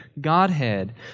Godhead